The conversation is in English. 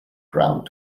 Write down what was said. ground